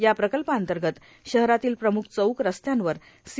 या प्रकल्पांतर्गत शहरातील प्रम्ख चौक रस्त्यांवर सी